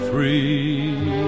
Free